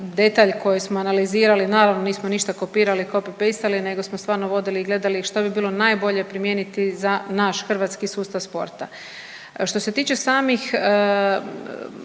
detalj koji smo analizirali, naravno nismo ništa kopirali, copy pastali, nego smo stvarno vodili i gledali što bi bilo najbolje primijeniti za naš hrvatski sustav sporta. Što se tiče samih